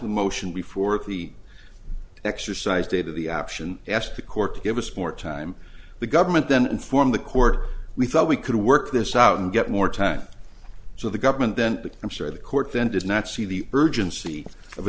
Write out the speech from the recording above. a motion before the exercise date of the option asked the court to give us more time the government then informed the court we thought we could work this out and get more time so the government then i'm sure the court then does not see the urgency of